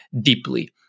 deeply